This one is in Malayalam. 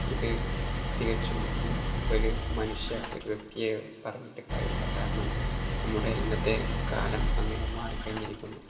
ഇത് തികച്ചും ഒരു മനുഷ്യ ഒരു വ്യക്തിയെ പറഞ്ഞിട്ട് കാര്യമില്ല കാരണം നമ്മുടെ ഇന്നത്തെ കാലം അങ്ങനെ മാറി കഴിഞ്ഞിരിക്കുന്നു